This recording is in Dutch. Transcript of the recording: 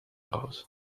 brood